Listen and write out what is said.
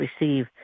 receive